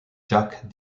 jack